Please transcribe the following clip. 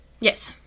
Yes